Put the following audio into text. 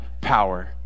power